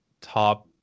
top